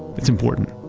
it's important.